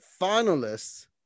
finalists